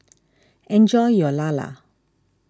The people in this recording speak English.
enjoy your Lala